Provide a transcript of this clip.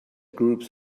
groups